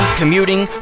commuting